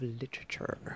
literature